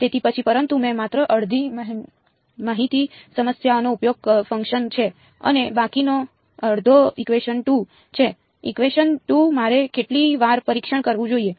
તેથી પછી પરંતુ મેં માત્ર અડધી માહિતી સમસ્યાનો ઉપયોગ ફંક્શન્સ છે અને બાકીનો અડધો ઇકવેશન 2 છે ઇકવેશન 2 મારે કેટલી વાર પરીક્ષણ કરવું જોઈએ